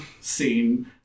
scene